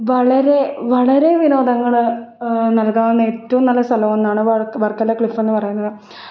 വളരെ വളരെ വിനോദങ്ങൾ നൽകാവുന്ന ഏറ്റവും നല്ല സ്ഥലമാണ് വർക്കല ക്ലിഫെന്ന് പറയുന്നത്